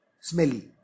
smelly